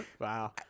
Wow